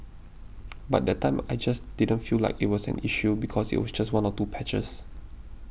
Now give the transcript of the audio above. but that time I just didn't feel like it was an issue because it was just one or two patches